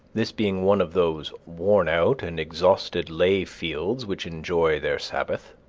this being one of those worn-out and exhausted lay fields which enjoy their sabbath,